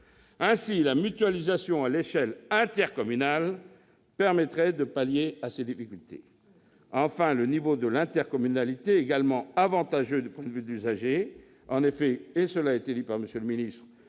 Ainsi, la mutualisation à l'échelle intercommunale permettrait de pallier ces difficultés. Enfin, retenir le niveau de l'intercommunalité est également avantageux du point de vue de l'usager.